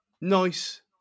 nice